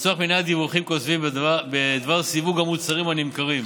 לצורך מניעת דיווחים כוזבים בדבר סיווג המוצרים הנמכרים.